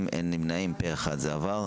הצבעה בעד פה אחד אושר.